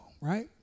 right